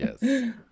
Yes